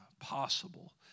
possible